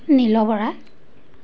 Neel Bora